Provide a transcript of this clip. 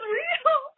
real